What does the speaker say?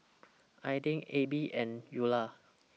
Aidyn Abie and Ula